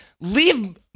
Leave